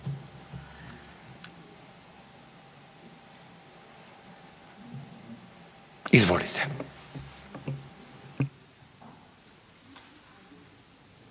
Izvolite.